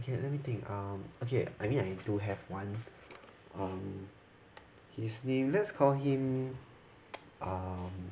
you wait let me think um okay I mean I do have one um his name let's call him um